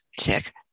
Check